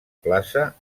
plaça